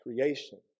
creation